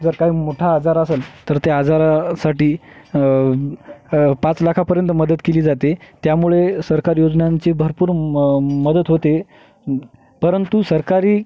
जर काही मोठा आजार असंल तर त्या आजारासाठी पाच लाखापर्यंत मदत केली जाते त्यामुळे सरकारी योजनांची भरपूर मदत होते परंतु सरकारी